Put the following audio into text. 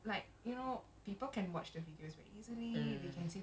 native post oh hashtag today I learn